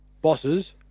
Bosses